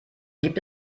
gibt